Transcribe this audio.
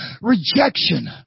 Rejection